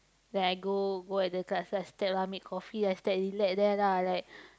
then I go go at the make coffee I relax there lah like